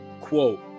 quote